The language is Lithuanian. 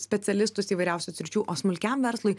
specialistus įvairiausių sričių o smulkiam verslui